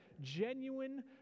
genuine